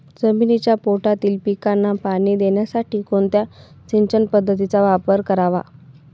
जमिनीच्या पोटातील पिकांना पाणी देण्यासाठी कोणत्या सिंचन पद्धतीचा वापर करावा?